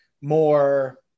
more